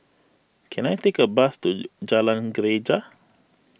can I take a bus to Jalan Greja